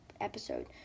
episode